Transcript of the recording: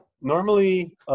normally